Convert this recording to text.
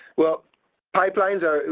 well pipelines are,